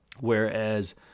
whereas